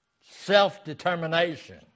self-determination